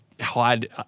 hide